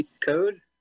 code